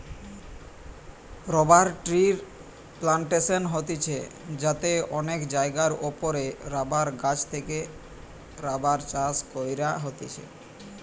rubber ট্রির plantation হতিছে যাতে অনেক জায়গার ওপরে রাবার গাছ থেকে রাবার চাষ কইরা হতিছে